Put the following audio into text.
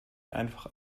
einfach